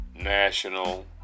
national